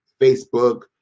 Facebook